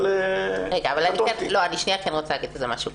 אני כן רוצה לומר משהו.